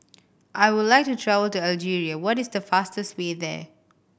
I would like to travel to Algeria what is the fastest way there